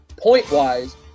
Point-wise